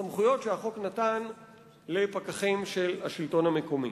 הסמכויות שהחוק נתן לפקחים של השלטון המקומי.